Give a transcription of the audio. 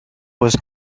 was